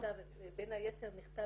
בין היתר מכתב